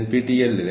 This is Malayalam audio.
പെരുമാറ്റ വീക്ഷണം